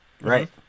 right